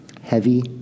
Heavy